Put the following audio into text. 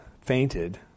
fainted